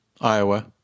Iowa